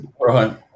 Right